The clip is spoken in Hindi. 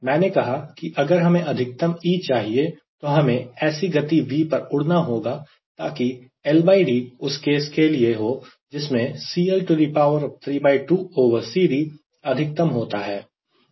मैंने कहा कि अगर हमें अधिकतम E चाहिए तो हमें ऐसी गति V पर उड़ना होगा ताकि LD उस केस के लिए हो जिसमें CL32CDअधिकतम होता है